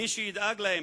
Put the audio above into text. מי שידאג להם.